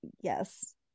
yes